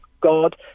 God